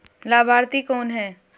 लाभार्थी कौन है?